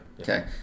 Okay